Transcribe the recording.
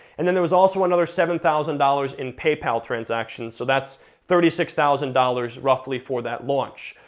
and then there was also another seven thousand dollars in paypal transactions, so that's thirty six thousand dollars, roughly, for that launch.